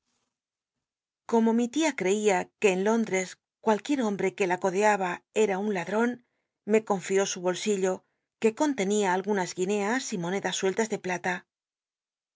como mi tia rt cia tne en lóndt es cualquier hombt c que la cod aba cm un laclt'on me confió su bolsillo ue contenía algunas guiñeas y monedas sueltas de plata